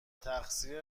تقصیر